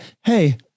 Hey